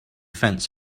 fence